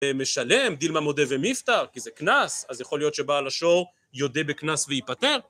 ומשלם דילמה מודה ומפטר, כי זה קנס, אז יכול להיות שבעל השור יודה בקנס ויפטר.